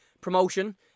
promotion